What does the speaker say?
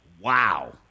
Wow